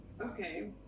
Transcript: Okay